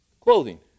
clothing